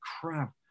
crap